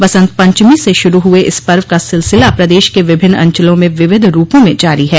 बंसत पंचमी से शुरू हुए इस पर्व का सिलसिला प्रदेश के विभिन्न अंचलों में विविध रूपों में जारी है